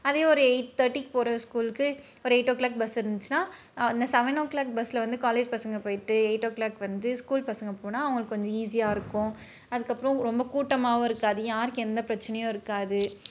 அதே ஒரு எயிட் தேர்டிக்கு போகிற ஸ்கூலுக்கு ஒரு எயிட் ஓ கிளாக் பஸ் இருந்துச்சுனால் அந்த செவன் ஓ கிளாக் பஸ்ஸில் வந்து காலேஜ் பசங்க போயிட்டு எயிட் ஓ கிளாக் வந்து ஸ்கூல் பசங்க போனால் அவங்களுக்கு கொஞ்சம் ஈசியாக இருக்கும் அதுக்கப்புறம் ரொம்ப கூட்டமாகவும் இருக்காது யாருக்கும் எந்தப் பிரச்சனையும் இருக்காது